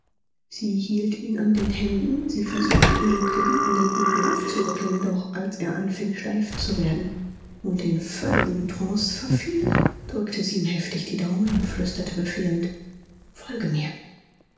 sie hielt ihn an den händen sie versuchte ihn mit gebietenden blicken aufzurütteln doch als er anfing steif zu werden und in völligen trance verfiel drückte sie ihm heftig die daumen und flüsterte befehlend folge mir